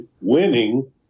winning